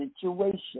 situation